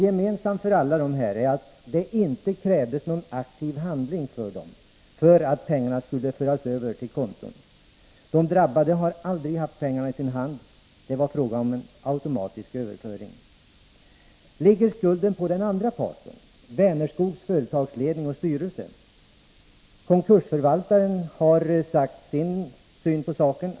Gemensamt för alla dessa är att det inte krävdes någon aktiv handling av dem för att pengarna skulle föras över till konton. De drabbade har aldrig haft pengarna i sin hand — det var fråga om automatiska överföringar. Ligger skulden på den andra parten, Vänerskogs företagsledning och styrelse? Konkursförvaltaren har lagt fram sin syn på saken.